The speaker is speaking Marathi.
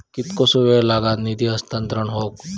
कितकोसो वेळ लागत निधी हस्तांतरण हौक?